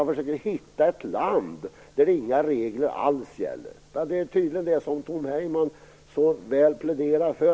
Man försöker hitta ett land där inga regler alls gäller. Det är tydligen det som Tom Heyman pläderar för.